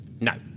No